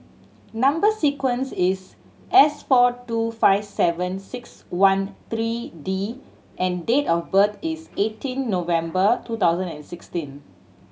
number sequence is S four two five seven six one three D and date of birth is eighteen November two thousand and sixteen